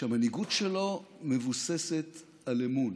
שהמנהיגות שלו מבוססת על אמון.